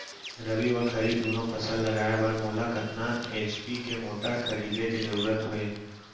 रबि व खरीफ दुनो फसल लगाए बर मोला कतना एच.पी के मोटर खरीदे के जरूरत हे?